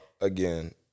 again